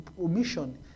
omission